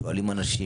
שואלים אנשים,